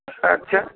আচ্ছা হুম